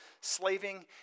slaving